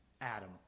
Adam